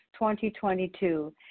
2022